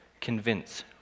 Convince